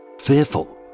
fearful